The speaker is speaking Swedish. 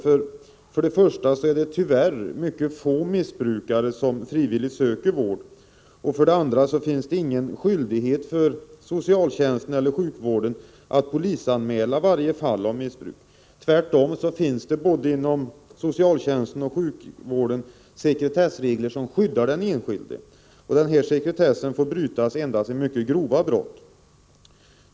För det första är det tyvärr mycket få missbrukare som frivilligt söker vård. För det andra finns det ingen skyldighet för socialtjänst eller sjukvård att polisanmäla varje fall av missbruk. Tvärtom finns det inom både socialtjänsten och sjukvården sekretessregler, som skyddar den enskilde, och den sekretessen får brytas endast vid mycket grova brott.